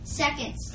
seconds